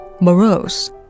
morose